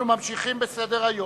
35 בעד, 13 נגד, אין נמנעים.